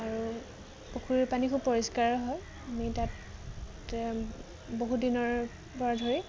আৰু পুখুৰীৰ পানী খুব পৰিষ্কাৰ হয় আমি তাত বহু দিনৰ পৰা ধৰি